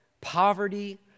poverty